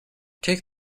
take